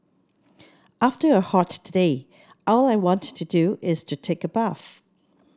after a hot day all I want to do is to take a bath